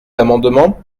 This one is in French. l’amendement